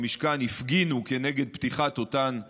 במשכן, הפגינו כנגד פתיחת אותן תחנות.